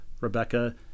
Rebecca